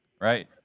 right